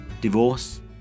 Divorce